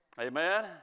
Amen